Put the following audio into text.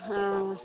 हँ